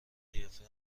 قیافه